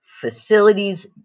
facilities